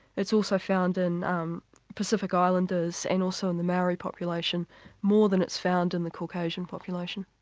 it's also found in um pacific islanders and also and the maori population more than it's found in the caucasian population.